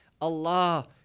Allah